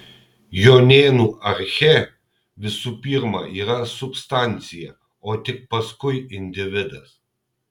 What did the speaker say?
jonėnų archė visų pirma yra substancija o tik paskui individas